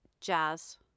Jazz